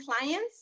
clients